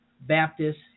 Baptist